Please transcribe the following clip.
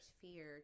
fear